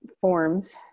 forms